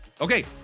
Okay